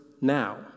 now